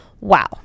Wow